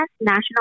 National